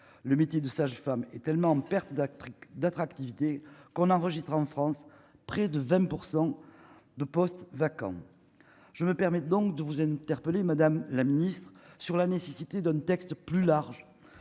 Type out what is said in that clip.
le métier de sage-femme et tellement perte d'actrice d'attractivité qu'on a enregistré en France, près de 20 pour 100 de postes vacants, je me permets donc de vous interpeller madame la ministre sur la nécessité d'un texte plus large